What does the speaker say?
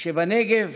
שבנגב